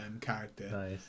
character